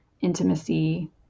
intimacy